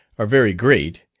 are very great,